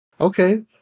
okay